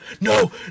No